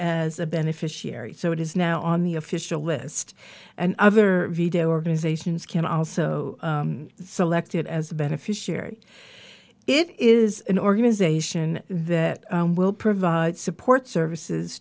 as a beneficiary so it is now on the official list and other video organizations can also selected as beneficiary it is an organization that will provide support services